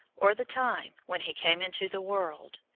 or the time when he came into the world.